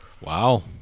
Wow